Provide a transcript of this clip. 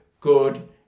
good